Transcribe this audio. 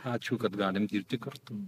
ačiū kad galim dirbti kartu